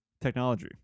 technology